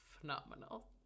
phenomenal